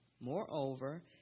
moreover